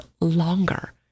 longer